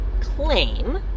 claim